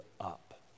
up